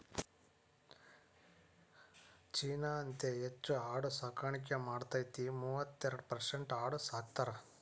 ಚೇನಾ ಅತೇ ಹೆಚ್ ಆಡು ಸಾಕಾಣಿಕೆ ಮಾಡತತಿ, ಮೂವತ್ತೈರ ಪರಸೆಂಟ್ ಆಡು ಸಾಕತಾರ